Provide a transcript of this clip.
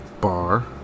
bar